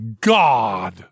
God